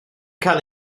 cael